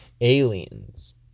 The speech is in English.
aliens